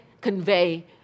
convey